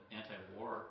anti-war